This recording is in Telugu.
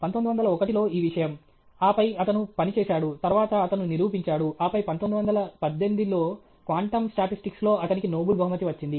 1901 లో ఈ విషయం ఆపై అతను పనిచేశాడు తరువాత అతను నిరూపించాడు ఆపై 1918 లో క్వాంటం స్టాటిస్టిక్స్ లో అతనికి నోబెల్ బహుమతి వచ్చింది